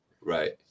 Right